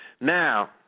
Now